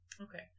Okay